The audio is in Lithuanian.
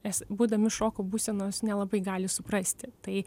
es būdami šoko būsenos nelabai gali suprasti tai